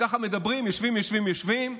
מדברים ויושבים ויושבים,